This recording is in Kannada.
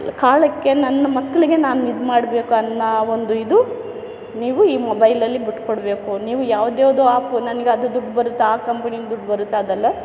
ಕಾಲಕ್ಕೆ ನನ್ನ ಮಕ್ಕಳಿಗೆ ನಾನು ಇದು ಮಾಡಬೇಕು ಅನ್ನ ಒಂದು ಇದು ನೀವು ಈ ಮೊಬೈಲಲ್ಲಿ ಬಿಟ್ಕೊಡ್ಬೇಕು ನೀವು ಯಾವ್ದ್ಯಾವ್ದೋ ಆಪು ನನ್ಗೆ ಅದು ದುಡ್ಡು ಬರುತ್ತಾ ಆ ಕಂಪನಿ ದುಡ್ಡು ಬರುತ್ತಾ ಅದಲ್ಲ